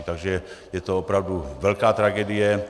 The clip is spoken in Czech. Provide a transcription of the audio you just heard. Takže je to opravdu velká tragédie.